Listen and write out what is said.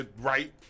Right